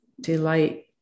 delight